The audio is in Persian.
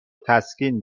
تسکین